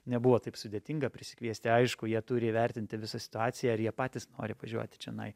nebuvo taip sudėtinga prisikviesti aišku jie turi įvertinti visą situaciją ar jie patys nori važiuoti čionai